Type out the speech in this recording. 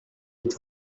êtes